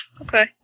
Okay